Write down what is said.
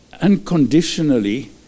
unconditionally